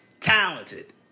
talented